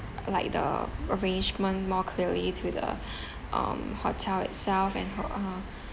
like the arrangement more clearly to the um hotel itself and ho~ uh